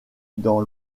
dans